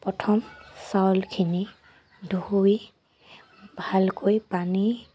প্ৰথম চাউলখিনি ধুই ভালকৈ পানী